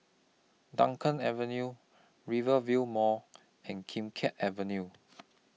Dunkirk Avenue Rivervale Mall and Kim Keat Avenue